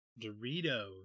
doritos